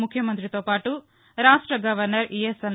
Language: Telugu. ముఖ్యమంతితో పాటు రాష్ట గవర్నర్ ఇఎస్ఎల్